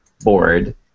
board